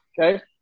okay